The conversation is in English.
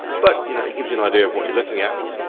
but you know it gives you an idea of what you're looking at.